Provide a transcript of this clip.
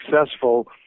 successful